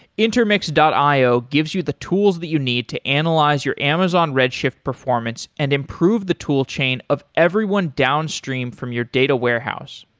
intermix io gives you the tools that you need to analyze your amazon redshift performance and improve the toolchain of everyone downstream from your data warehouse.